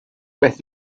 beth